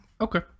Okay